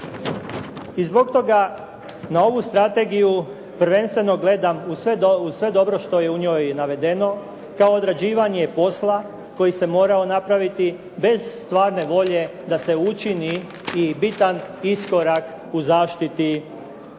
I zbog toga na ovu strategiju prvenstveno gledam u sve dobro što je u njoj navedeno kao odrađivanje posla koji se morao napraviti bez stvarne volje da se učini i bitan iskorak u zaštiti okoliša,